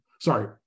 sorry